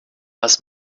was